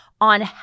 on